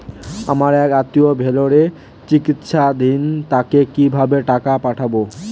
আমার এক আত্মীয় ভেলোরে চিকিৎসাধীন তাকে কি ভাবে টাকা পাঠাবো?